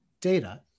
data